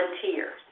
volunteers